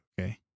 Okay